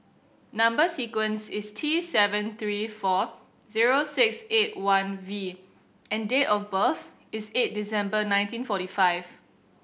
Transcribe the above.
number sequence is T seven three four zero six eight one V and date of birth is eight December nineteen forty five